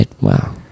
Wow